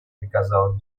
приказал